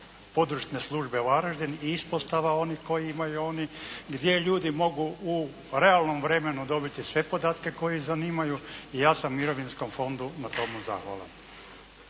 područne službe Varaždin i ispostava onih koje imaju oni gdje ljudi mogu u realnom vremenu dobiti sve podatke koji ih zanimaju i ja sam Mirovinskom fondu na tome zahvalan.